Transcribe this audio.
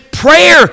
Prayer